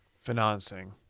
financing